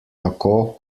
tako